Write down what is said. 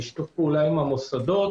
בשיתוף פעולה עם המוסדות